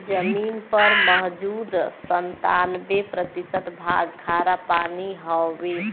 जमीन पर मौजूद सत्तानबे प्रतिशत भाग खारापानी हउवे